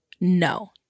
No